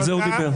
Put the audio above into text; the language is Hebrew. על זה שהוא דיבר.